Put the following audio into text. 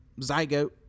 zygote